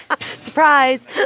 Surprise